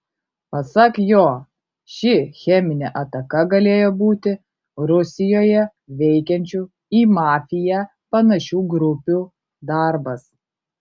pasak jo ši cheminė ataka galėjo būti rusijoje veikiančių į mafiją panašių grupių darbas